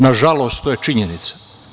Nažalost, to je činjenica.